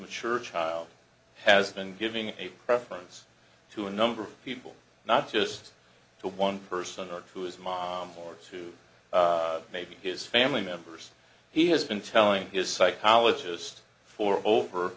mature child has been giving a preference to a number of people not just to one person or to his mom or to maybe his family members he has been telling his psychologist for over